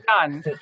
done